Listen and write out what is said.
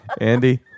Andy